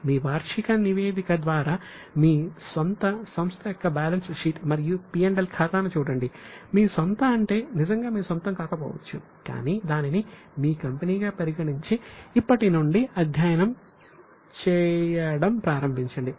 మీ వార్షిక నివేదిక ద్వారా మీ స్వంత సంస్థ యొక్క బ్యాలెన్స్ షీట్ మరియు P L ఖాతాను చూడండి మీ స్వంత అంటే నిజంగా మీ సొంతం కాకపోవచ్చు కానీ దానిని మీ కంపెనీగా పరిగణించి ఇప్పటి నుండి అధ్యయనం చేయడం ప్రారంభించండి